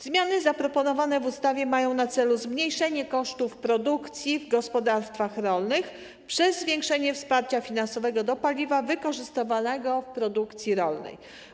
Zmiany zaproponowane w ustawie mają na celu zmniejszenie kosztów produkcji w gospodarstwach rolnych przez zwiększenie wsparcia finansowego w odniesieniu do paliwa wykorzystywanego w produkcji rolnej.